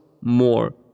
more